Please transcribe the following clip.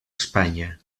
espanya